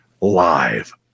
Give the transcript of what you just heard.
live